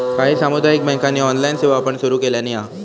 काही सामुदायिक बँकांनी ऑनलाइन सेवा पण सुरू केलानी हा